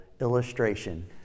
illustration